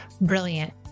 brilliant